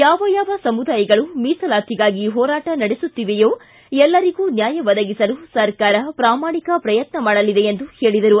ಯಾವ ಯಾವ ಸಮುದಾಯಗಳು ಮೀಸಲಾತಿಗಾಗಿ ಹೋರಾಟ ನಡೆಸುತ್ತಿವೆಯೋ ಎಲ್ಲರಿಗೂ ನ್ಯಾಯ ಒದಗಿಸಲು ಸರ್ಕಾರ ಪ್ರಾಮಾಣಿಕ ಪ್ರಯತ್ನ ಮಾಡಲಿದೆ ಎಂದು ಹೇಳಿದರು